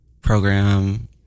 program